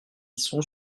sont